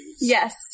Yes